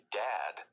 dad